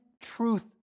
truth